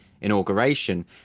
inauguration